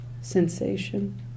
sensation